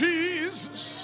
Jesus